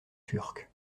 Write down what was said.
turc